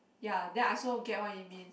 ya that I also get what he mean